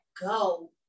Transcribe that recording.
go